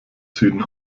süden